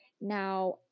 Now